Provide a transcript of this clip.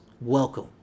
Welcome